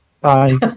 Bye